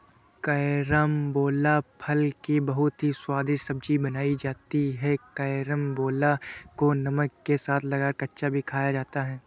carambola फल की बहुत ही स्वादिष्ट सब्जी बनाई जाती है कैरमबोला को नमक के साथ लगाकर कच्चा भी खाया जाता है